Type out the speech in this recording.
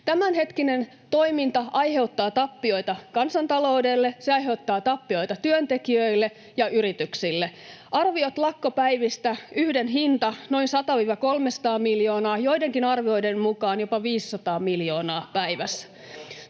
Tämänhetkinen toiminta aiheuttaa tappioita kansantaloudelle, se aiheuttaa tappioita työntekijöille ja yrityksille. Arviot lakkopäivistä: yhden hinta on noin 100—300 miljoonaa, joidenkin arvioiden mukaan jopa 500 miljoonaa päivässä.